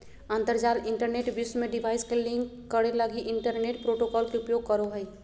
अंतरजाल इंटरनेट विश्व में डिवाइस के लिंक करे लगी इंटरनेट प्रोटोकॉल के उपयोग करो हइ